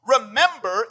Remember